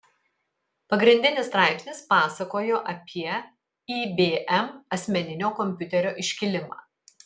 pagrindinis straipsnis pasakojo apie ibm asmeninio kompiuterio iškilimą